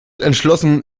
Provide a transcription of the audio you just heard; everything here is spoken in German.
entschlossen